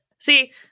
see